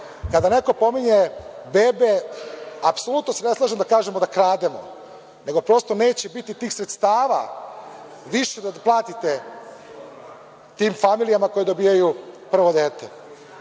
Kada neko pominje bebe, apsolutno se ne slažem da kažemo da krademo, nego prosto neće biti tih sredstava više da platite tim familijama koje dobijaju prvo dete.